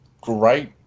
great